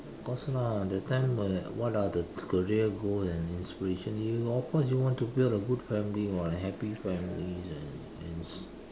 of course lah that time what are the career goal and inspiration you of course you want to build a good family [what] and happy family and and